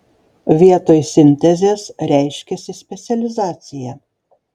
vietoj sintezės reiškiasi specializacija